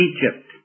Egypt